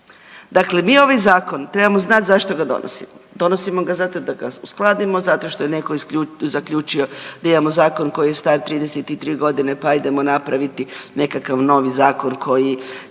Dakle, mi ovaj zakon trebamo znat zašto ga donosimo. Donosimo ga zato da ga uskladimo, zato što je netko zaključio da imamo zakon koji je star 33.g., pa ajdemo napraviti nekakav novi zakon koji